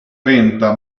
trenta